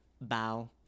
Bow